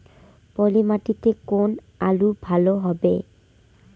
পলি মাটিতে কোন আলু ভালো হবে?